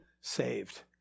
saved